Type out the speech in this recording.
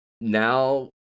now